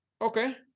Okay